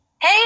Hey